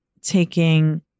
taking